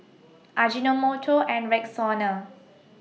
Ajinomoto and Rexona